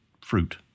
fruit